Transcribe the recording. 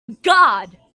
guard